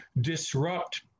disrupt